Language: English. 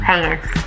Hands